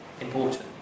important